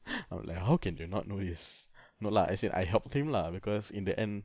I was like how can you not know this no lah as in I helped him lah because in the end